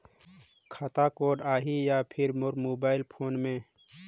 खाता कोड आही या फिर मोर मोबाइल फोन मे?